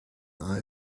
eye